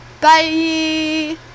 bye